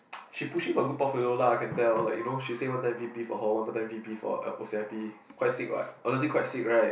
she pushing for good portfolio lah I can tell like you know she say one time V_P for hall one more time V_P for O_C_I_P quite sick [what] honestly quite sick [right]